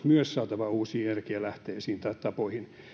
myös saatava muutosta uusiin energialähteisiin tai tapoihin